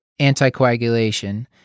anticoagulation